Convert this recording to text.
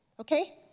Okay